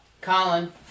colin